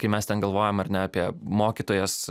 kai mes ten galvojam ar ne apie mokytojas